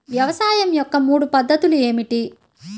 వ్యవసాయం యొక్క మూడు పద్ధతులు ఏమిటి?